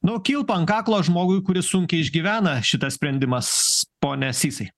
nu kilpa ant kaklo žmogui kuris sunkiai išgyvena šitą sprendimas pone sysai